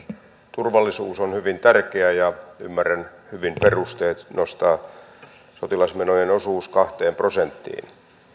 turvallisuus on hyvin tärkeää ja ymmärrän hyvin perusteet nostaa sotilasmenojen osuus kahteen prosenttiin